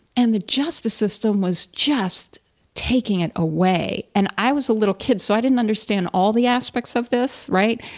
and the justice system was just taking it away. and i was a little kid, so i didn't understand all the aspects of this, right.